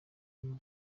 iyo